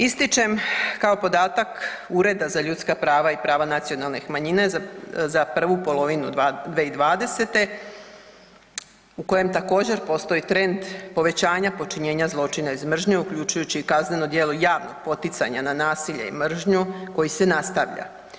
Ističem kao podatak Ureda za ljudska prava i prava nacionalnih manjina za prvu polovinu 2020. u kojem također postoji trend povećanja počinjenja zločina iz mržnje uključujući i kazneno djelo javnog poticanja na nasilje i mržnju koji se nastavlja.